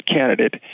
candidate